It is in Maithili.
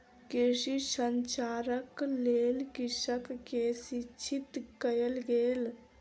कृषि संचारक लेल कृषक के शिक्षित कयल गेल